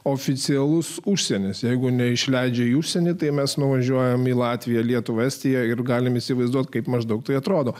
oficialus užsienis jeigu neišleidžia į užsienį tai mes nuvažiuojame į latviją lietuvą estiją ir galime įsivaizduoti kaip maždaug tai atrodo